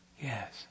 yes